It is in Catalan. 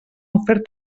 ofert